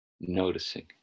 noticing